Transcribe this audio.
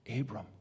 Abram